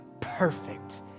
perfect